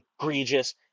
egregious